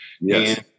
yes